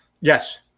Yes